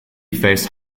faced